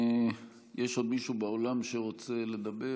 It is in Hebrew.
יש עוד מישהו באולם שרוצה לדבר?